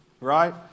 right